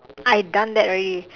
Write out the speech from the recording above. I done that already